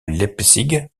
leipzig